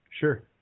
Sure